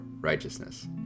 righteousness